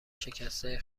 شکسته